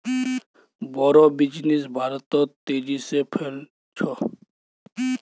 बोड़ो बिजनेस भारतत तेजी से फैल छ